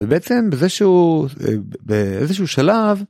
בעצם זה שהוא באיזשהו שלב.